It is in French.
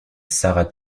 sarah